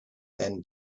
end